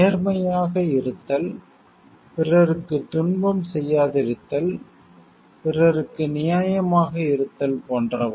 நேர்மையாக இருத்தல் பிறருக்கு துன்பம் செய்யாதிருத்தல் பிறருக்கு நியாயமாக இருத்தல் போன்றவை